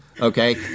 okay